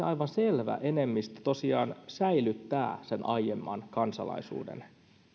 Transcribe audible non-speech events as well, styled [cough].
[unintelligible] aivan selvä enemmistö tosiaan säilyttää sen aiemman kansalaisuuden